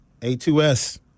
A2S